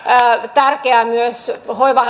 tärkeää myös